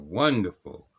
wonderful